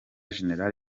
gen